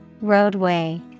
Roadway